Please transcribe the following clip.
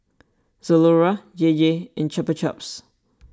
Zalora J J and Chupa Chups